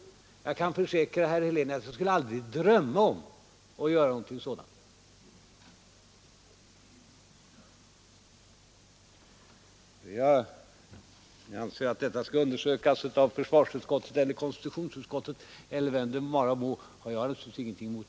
Jag kan försäkra herr Helén att jag aldrig skulle drömma om att göra något sådant. Jag har naturligtvis inget emot att detta undersöks av försvarsutskottet eller av konstitutionsutskottet eller av vilken instans det vara må.